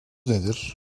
nedir